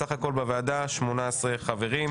סך הכול בוועדה 18 חברים.